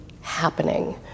happening